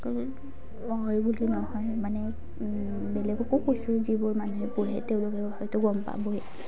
হয় বুলি নহয় মানে বেলেগকো কৈছোঁ যিবোৰ মানুহে পোহে তেওঁলোকে হয়তো গম পাবই